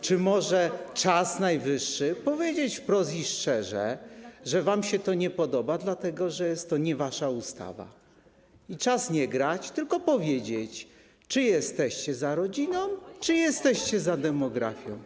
Czy może czas najwyższy powiedzieć wprost i szczerze, że wam się to nie podoba, dlatego że jest to nie wasza ustawa, i czas nie grać, tylko powiedzieć, czy jesteście za rodziną, czy jesteście za demografią?